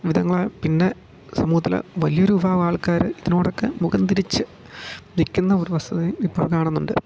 വിധങ്ങളായ പിന്നെ സമൂഹത്തിലെ വലിയ ഒരു വിഭാഗം ആൾക്കാർ ഇതിനോടൊക്കെ മുഖം തിരിച്ചു നിൽക്കുന്ന ഒരു വസ്തുതയും ഇപ്പോൾ കാണുന്നുണ്ട്